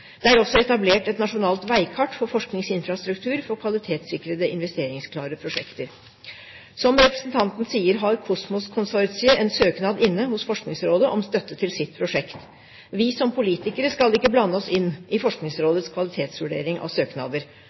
Det er også etablert et nasjonalt veikart for forskningsinfrastruktur for kvalitetssikrede investeringsklare prosjekter. Som representanten Warloe sier, har COSMOS-konsortiet en søknad inne hos Forskningsrådet om støtte til sitt prosjekt. Vi som politikere skal ikke blande oss inn i Forskningsrådets kvalitetsvurdering av søknader.